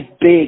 big